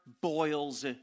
boils